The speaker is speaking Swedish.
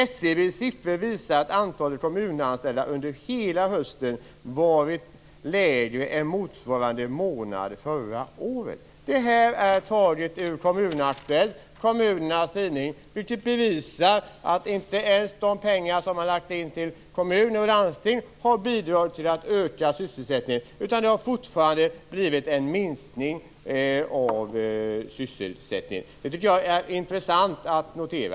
SCB:s siffror visar att antalet kommunanställda under hela hösten varit lägre än motsvarande månad förra året. Det här är taget ur Kommun-Aktuellt, kommunernas tidning, vilket bevisar att inte ens de pengar som getts till kommuner och landsting har bidragit till att öka sysselsättningen, utan det har fortsatt blivit en minskning av sysselsättningen. Det är intressant att notera.